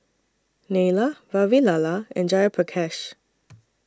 Neila Vavilala and Jayaprakash